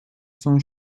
son